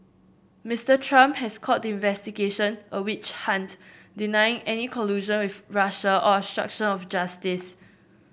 Mister Trump has called the investigation a witch hunt denying any collusion with Russia or obstruction of justice